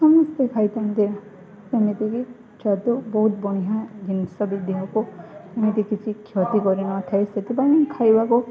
ସମସ୍ତେ ଖାଇଥାନ୍ତି ଯେମିତି କି ଛତୁ ବହୁତ ବଢ଼ିଆଁ ଜିନିଷ ବି ଦେହକୁ ଏମିତି କିଛି କ୍ଷତି କରି ନଥାଏ ସେଥିପାଇଁ ଖାଇବାକୁ